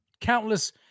countless